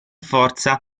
forza